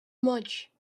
much